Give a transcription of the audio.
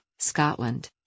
Scotland